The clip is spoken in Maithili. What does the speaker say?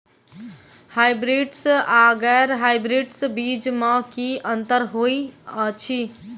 हायब्रिडस आ गैर हायब्रिडस बीज म की अंतर होइ अछि?